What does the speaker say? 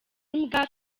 imbwa